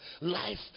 Life